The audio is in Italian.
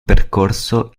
percorso